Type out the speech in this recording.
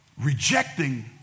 rejecting